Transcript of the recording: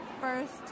First